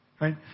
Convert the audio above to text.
right